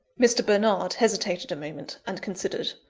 mr. bernard hesitated a moment, and considered.